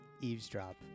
eavesdrop